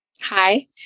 hi